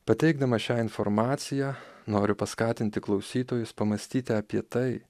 pateikdamas šią informaciją noriu paskatinti klausytojus pamąstyti apie tai